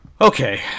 Okay